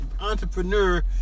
entrepreneur